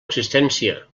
existència